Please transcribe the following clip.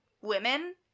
women